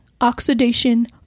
oxidation